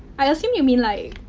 i assume you mean like.